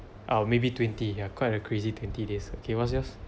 or maybe twenty ya quite a crazy twenty days okay what's yours